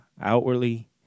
outwardly